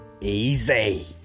Easy